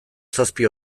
zazpi